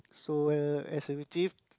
so uh as we achieve